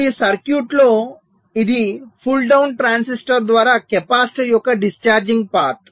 ఇప్పుడు ఈ సర్క్యూట్లో ఇది పుల్ డౌన్ ట్రాన్సిస్టర్ ద్వారా కెపాసిటర్ యొక్క డిశ్చార్జి0గ్ పాత్